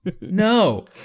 no